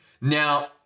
Now